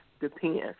depends